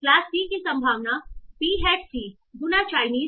class c की संभावना P hat c गुना चाइनीस